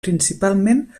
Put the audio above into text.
principalment